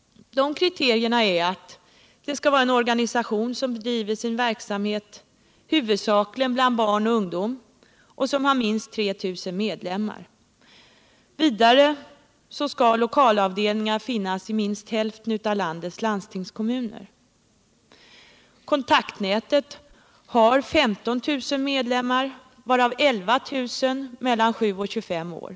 Villkoren för statsbidrag är att organisationen skall bedriva sin verksamhet fritidsverksamhet 140 huvudsakligen bland barn och ungdom och ha minst 3 000 medlemmar. Vidare skall lokalavdelningar finnas i minst hälften av landets landstingskommuner. Kontaktnätet har 15 000 medlemmar. varav 11 000 meltan 7 och 25 är.